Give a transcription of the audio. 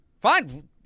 fine